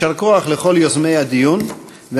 יישר כוח ליוזמי הדיון החשוב.